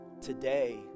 today